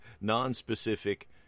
non-specific